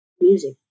music